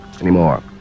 anymore